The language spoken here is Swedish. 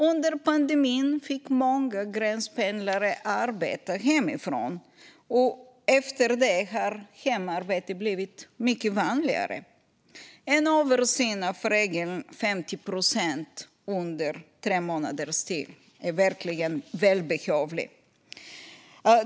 Under pandemin fick många gränspendlare arbeta hemifrån, och efter det har hemarbete blivit mycket vanligare. En översyn av regeln 50 procent under tre månaders tid är verkligen välbehövlig.